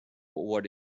what